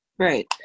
Right